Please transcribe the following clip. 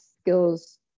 skills